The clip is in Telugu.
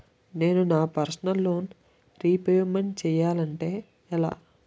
నేను నా పర్సనల్ లోన్ రీపేమెంట్ చేయాలంటే ఎలా?